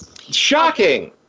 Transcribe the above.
shocking